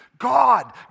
God